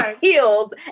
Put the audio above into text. heels